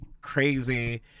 crazy